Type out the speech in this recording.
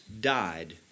died